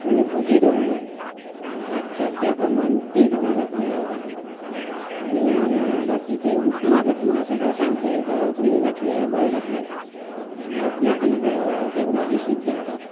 आनी भजीं थोडीं जाय रातच्याक त्या प्रमाण तीं थोडी घातल्यार जाता आनी बाकीचे उपमा बिपमा आसा तें सांजचे हेका तुमी घातल्यार बरें जातले प्लेटीक तेंका डिशींत घालपाक